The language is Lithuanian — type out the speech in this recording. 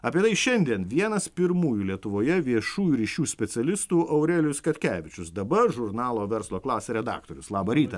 apie tai šiandien vienas pirmųjų lietuvoje viešųjų ryšių specialistų aurelijus katkevičius dabar žurnalo verslo klasė redaktorius labą rytą